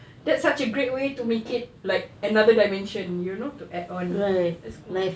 that's such a great way to make it like another dimension you know to add on that's cool